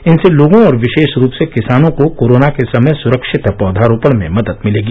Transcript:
इनसे लोगों और विशेष रूप से किसानों को कोरोना के समय सुरक्षित पौधरोपण में मदद मिलेगी